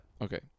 Okay